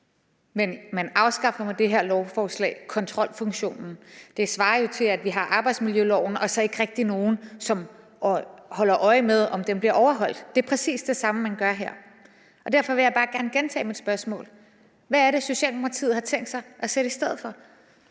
Men man afskaffer med det her lovforslag kontrolfunktionen. Det svarer jo til, at vi har arbejdsmiljøloven og så ikke rigtig nogen, som holder øje med, om den bliver overholdt. Det er præcis det samme, man gør her. Derfor vil jeg bare gerne gentage mit spørgsmål: Hvad er det, Socialdemokratiet har tænkt sig at sætte i stedet for?